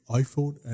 iPhone